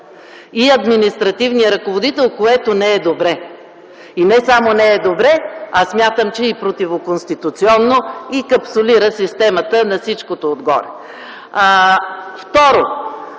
и административния ръководител, което не е добре. И не само не е добре, а смятам, че е и противоконституционно, и капсулира системата на всичкото отгоре.